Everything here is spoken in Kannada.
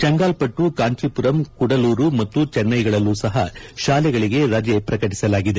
ಚೆಂಗಾಲ್ಪಟ್ಟು ಕಾಂಚೀಪುರಂ ಕುಡಲೂರ್ ಮತ್ತು ಚೆನ್ನೈಗಳಲ್ಲೂ ಸಹ ಶಾಲೆಗಳಿಗೆ ರಜೆ ಘೋಷಿಸಲಾಗಿದೆ